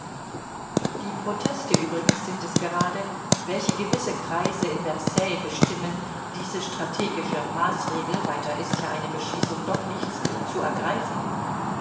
die proteste übrigens sind es gerade welche gewisse kreise in versailles bestimmen diese strategische maßregel weiter ist ja eine beschießung doch nichts zu ergreifen